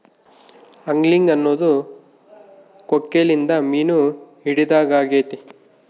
angling ಅನ್ನೊದು ಕೊಕ್ಕೆಲಿಂದ ಮೀನು ಹಿಡಿದಾಗೆತೆ